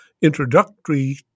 introductory